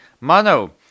Mono